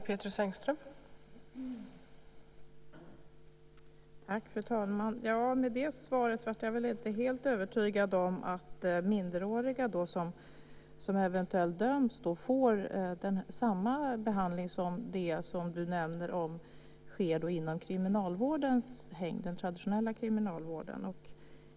Fru talman! Efter det svaret är jag väl inte helt övertygad om minderåriga som eventuellt döms får den behandling som ministern säger sker i den traditionella kriminalvårdens hägn.